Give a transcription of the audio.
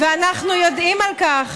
ואנחנו יודעים על כך,